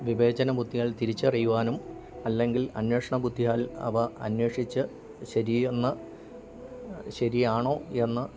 വിവേചന ബുദ്ധിയാൽ തിരിച്ചറിയുവാനും അല്ലെങ്കിൽ അന്വേഷണ ബുദ്ധിയാൽ അവ അന്വേഷിച്ച് ശരി എന്ന് ശരിയാണോ എന്ന്